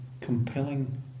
compelling